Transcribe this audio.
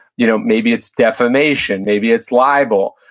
you know maybe it's defamation. maybe it's libel.